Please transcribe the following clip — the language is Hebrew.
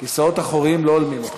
כיסאות אחוריים לא הולמים אותך.